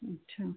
अच्छा